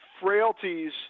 frailties